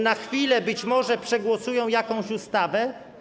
Na chwilę być może przegłosują jakąś ustawę.